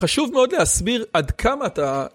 חשוב מאוד להסביר עד כמה אתה...